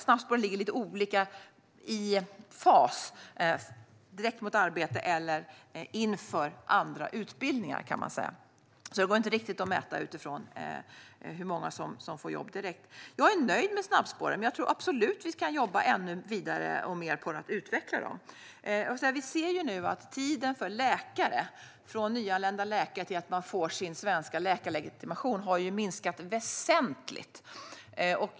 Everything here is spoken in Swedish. Snabbspåren ligger i lite olika faser - direkt mot arbete eller inför andra utbildningar, kan man säga. Det går alltså inte riktigt att mäta utifrån hur många som får jobb direkt. Jag är nöjd med snabbspåren, men jag tror absolut att vi kan jobba vidare med dem och utveckla dem. Vi ser nu att tiden det tar för en nyanländ läkare att få en svensk läkarlegitimation har minskat väsentligt.